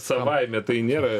savaime tai nėra